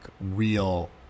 real